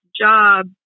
job